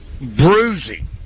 bruising